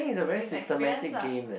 with experience lah